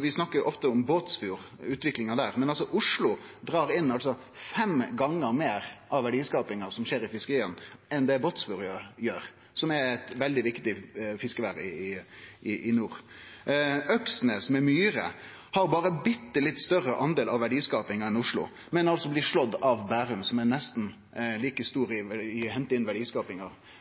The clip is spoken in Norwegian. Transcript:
Vi snakkar ofte om Båtsfjord og utviklinga der, men Oslo drar altså inn fem gonger meir av verdiskapinga som skjer i fiskeria, enn det Båtsfjord gjer, som er eit veldig viktig fiskevær i nord. Øksnes med Myre har berre bitte litt større del av verdiskapinga enn Oslo, men blir slått av Bærum, som er nesten like stort i å hente inn verdiskapinga.